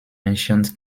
mentioned